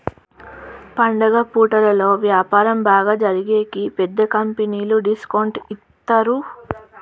పండుగ పూటలలో వ్యాపారం బాగా జరిగేకి పెద్ద కంపెనీలు డిస్కౌంట్ ఇత్తారు